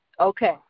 Okay